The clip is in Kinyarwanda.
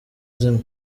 zimwe